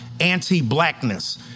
anti-blackness